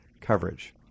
coverage